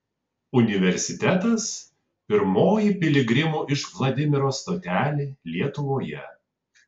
universitetas pirmoji piligrimų iš vladimiro stotelė lietuvoje